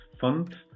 fund